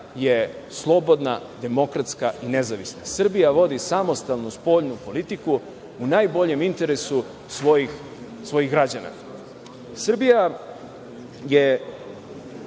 je slobodna, demokratska i nezavisna. Srbija vodi samostalnu spoljnu politiku, u najboljem interesu svojih građana. Srbija se